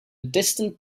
distant